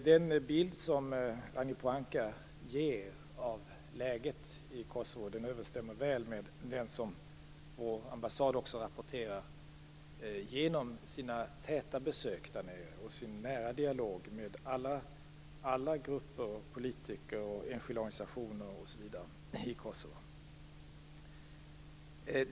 Den bild som Ragnhild Pohanka ger av läget i Kosovo överensstämmer väl med den som vår ambassad rapporterar genom sina täta besök där nere och nära dialog med alla grupper, politiker, enskilda organisationer, osv. i Kosovo.